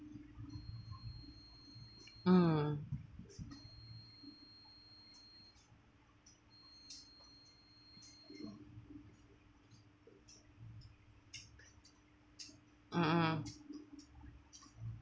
mm mm mm